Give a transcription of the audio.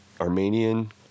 Armenian